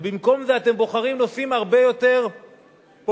ובמקום זה אתם בוחרים נושאים הרבה יותר פופוליסטיים.